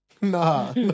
Nah